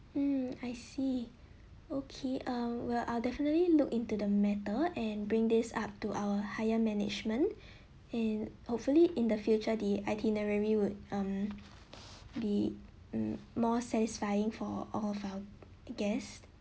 mm I see okay uh we'll uh definitely look into the matter and bring this up to our higher management and hopefully in the future the itinerary would um be more satisfying for of our guest